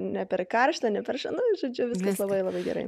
ne per karšta ne per ša nu žodžiu viskas labai labai gerai